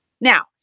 Now